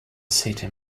city